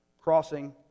crossing